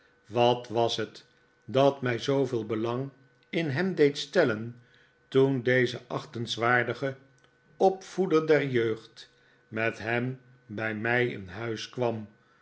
wat was het dat mij zooveel belang in hem deed stellen toen deze achtenswaardige opvoeder der jeugd met hem bij mij in huis kwam